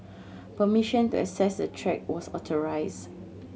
permission to access the track was authorised